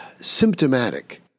symptomatic